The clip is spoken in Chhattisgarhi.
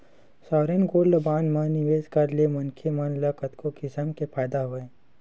सॉवरेन गोल्ड बांड म निवेस करे ले मनखे मन ल कतको किसम के फायदा हवय